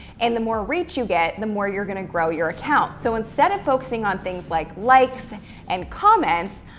and the more reach you get, the more you're going to grow your account. so instead of focusing on things like likes and comments,